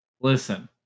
Listen